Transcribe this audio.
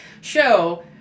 show